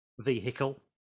Vehicle